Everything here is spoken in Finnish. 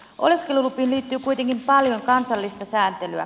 oleskelulupiin liittyy kuitenkin paljon kansallista sääntelyä